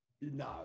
No